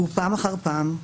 ופעם אחר פעם,